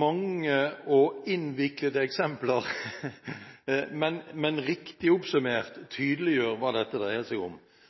mange og innviklede eksempler, men riktig oppsummert, tydeliggjør hva dette dreier seg om.